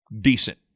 decent